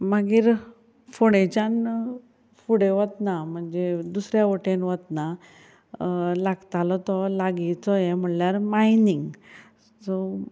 मागीर फोंडेंच्यान फुडें वतना म्हणजे दुसऱ्या वटेन वतना लागतालो तो लागींचो हें म्हणल्यार मायनींग सो